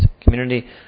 community